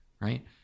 Right